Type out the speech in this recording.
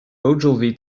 ogilvy